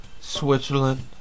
Switzerland